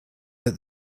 that